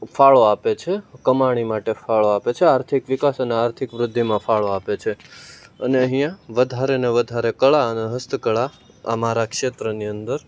ફાળો આપે છે કમાણી માટે ફાળો આપે છે આર્થિક વિકાસ અને આર્થિક વૃદ્ધિમાં ફાળો આપે છે અને અહીંયા વધારે ને વધારે કળા અને હસ્તકળા અમારા ક્ષેત્રની અંદર